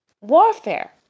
warfare